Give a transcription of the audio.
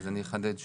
אז אני אחדד שוב.